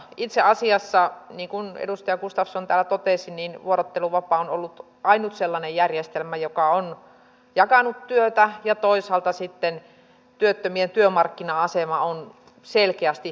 itse asiassa niin kuin edustaja gustafsson täällä totesi vuorotteluvapaa on ollut ainut sellainen järjestelmä joka on jakanut työtä ja toisaalta sitten työttömien työmarkkina asema on selkeästi parantunut